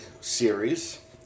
series